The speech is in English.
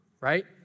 right